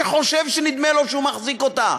שחושב שנדמה לו שהוא מחזיק אותה,